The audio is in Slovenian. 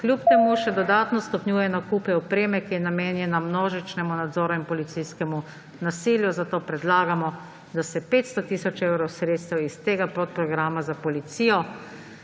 kljub temu še dodatno stopnjuje nakupe opreme, ki je namenjena množičnemu nadzoru in policijskemu nasilju. Zato predlagamo, da se 500 tisoč evrov sredstev iz tega podprograma za policijo,